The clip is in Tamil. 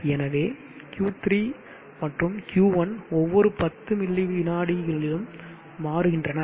எனவே Q3 மற்றும் Q1 ஒவ்வொரு 10 மில்லி விநாடிகளிலும் மாறுகின்றன